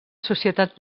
societat